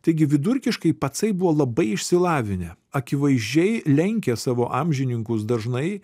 taigi vidurkiškai pacai buvo labai išsilavinę akivaizdžiai lenkė savo amžininkus dažnai